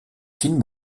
fines